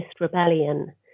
rebellion